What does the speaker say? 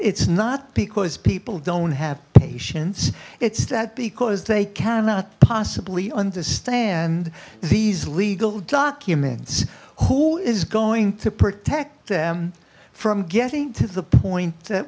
it's not because people don't have patience it's that because they cannot possibly understand these legal documents who is going to protect them from getting to the point that